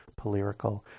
Polyrical